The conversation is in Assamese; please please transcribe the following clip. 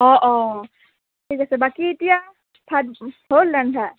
অঁ অঁ ঠিক আছে বাকী এতিয়া ভাত হ'ল ৰন্ধা